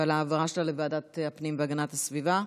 ועל ההעברה שלה לוועדת הפנים והגנת הסביבה.